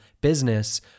business